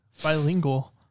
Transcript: bilingual